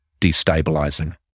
destabilizing